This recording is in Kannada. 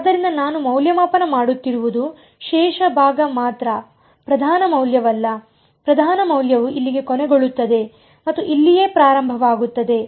ಆದ್ದರಿಂದ ನಾನು ಮೌಲ್ಯಮಾಪನ ಮಾಡುತ್ತಿರುವುದು ಶೇಷ ಭಾಗ ಮಾತ್ರ ಪ್ರಧಾನ ಮೌಲ್ಯವಲ್ಲ ಪ್ರಧಾನ ಮೌಲ್ಯವು ಇಲ್ಲಿಗೆ ಕೊನೆಗೊಳ್ಳುತ್ತದೆ ಮತ್ತು ಇಲ್ಲಿಯೇ ಪ್ರಾರಂಭವಾಗುತ್ತದೆ